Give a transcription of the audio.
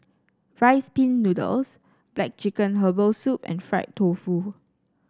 Rice Pin Noodles black chicken Herbal Soup and Fried Tofu